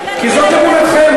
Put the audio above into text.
כי זאת אמונתכם.